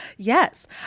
Yes